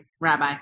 Rabbi